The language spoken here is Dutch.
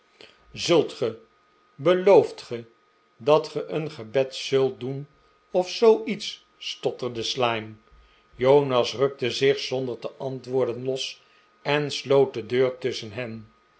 zult ge belooft ge dat ge een gebed zult doen of zooiets stotterde slyme jonas rukte zich zonder te antwoorden los en sloot de deur tusschen hen